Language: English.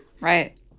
Right